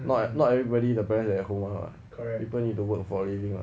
not ever~ not everybody the parents at home [one] [what] people need to work for a living